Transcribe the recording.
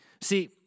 See